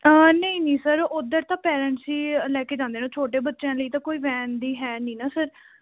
ਨਹੀਂ ਨਹੀਂ ਸਰ ਉੱਧਰ ਤਾਂ ਪੇਰੈਂਟਸ ਹੀ ਅ ਲੈ ਕੇ ਜਾਂਦੇ ਨੇ ਛੋਟੇ ਬੱਚਿਆਂ ਲਈ ਤਾਂ ਕੋਈ ਵੈਨ ਦੀ ਹੈ ਨਹੀਂ ਨਾ ਸਰ